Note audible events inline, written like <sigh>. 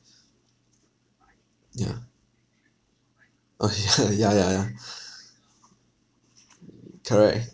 <laughs> uh ya ya ya ya correct